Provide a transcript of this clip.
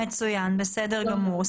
מצוין, בסדר גמור.